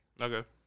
Okay